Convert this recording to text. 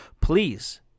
Please